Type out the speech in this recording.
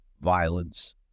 violence